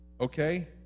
okay